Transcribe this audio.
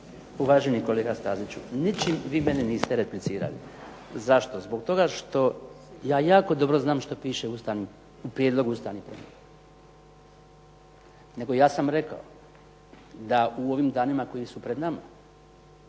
Uvaženi kolega Staziću ničim vi meni niste replicirali. Zašto? Zbog toga što ja jako dobro znam što piše u prijedlogu ustavnih promjena. Nego ja sam rekao da u ovim danima koji su pred nama